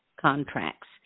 contracts